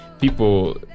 people